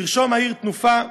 תרשום העיר תנופה.